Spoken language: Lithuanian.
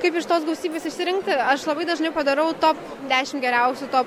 kaip iš tos gausybės išsirinkti aš labai dažnai padarau top dešimt geriausių top